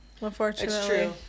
unfortunately